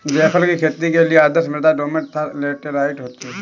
जायफल की खेती के लिए आदर्श मृदा दोमट तथा लैटेराइट होती है